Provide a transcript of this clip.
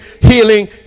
healing